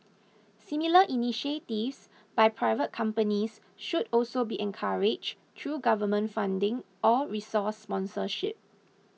similar initiatives by private companies should also be encouraged through government funding or resource sponsorship